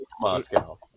Moscow